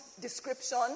description